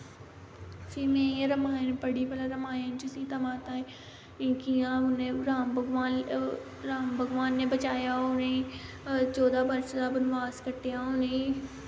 फ्ही में रमायन पढ़ी भला रमायन च सीता माता ई कियां उनें राम भगवान राम भगवान ने बचाया होग उनेंई चौदां बर्ष दा बनवास कट्टेआ उ'नें